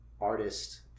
artist